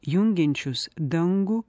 jungiančius dangų